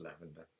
Lavender